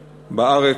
בארץ,